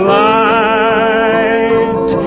light